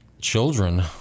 children